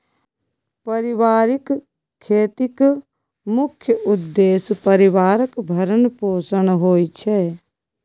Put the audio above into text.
परिबारिक खेतीक मुख्य उद्देश्य परिबारक भरण पोषण होइ छै